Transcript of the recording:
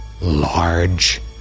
large